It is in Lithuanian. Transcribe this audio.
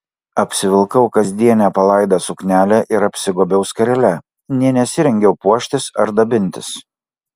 apsivilkau kasdienę palaidą suknelę ir apsigobiau skarele nė nesirengiau puoštis ar dabintis